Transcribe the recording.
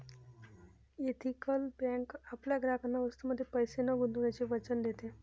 ethical bank आपल्या ग्राहकांना वस्तूंमध्ये पैसे न गुंतवण्याचे वचन देते